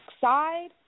side